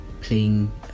playing